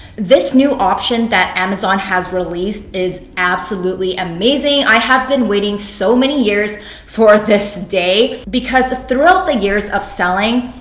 this new option that amazon has released is absolutely amazing. i have been waiting so many years for this day because throughout the years of selling,